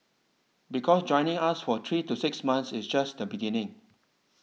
because joining us for three to six months is just the beginning